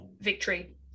victory